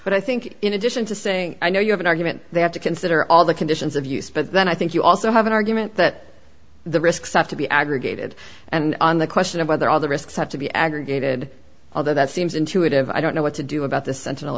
but i think in addition to saying i know you have an argument they have to consider all the conditions of use but then i think you also have an argument that the risks of to be aggregated and on the question of whether all the risks have to be aggregated although that seems intuitive i don't know what to do about th